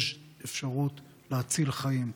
יש אפשרות להציל חיים.